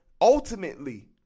ultimately